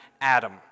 Adam